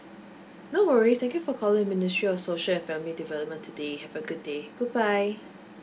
no worries thank you for calling ministry of social and family development today have a good day goodbye